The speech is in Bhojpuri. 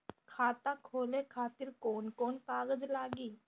खाता खोले खातिर कौन कौन कागज लागी?